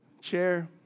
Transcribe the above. chair